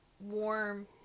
warm